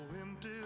empty